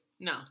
No